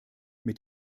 mit